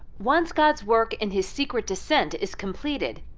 once god's work in his secret descent is completed,